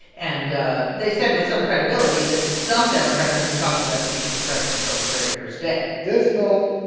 and they said with some credibility that some democrats have been talking about impeaching the president from the very first day this vote,